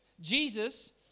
Jesus